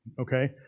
okay